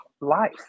life